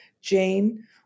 Jane